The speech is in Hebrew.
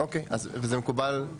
אוקיי, זה מקובל עליכם?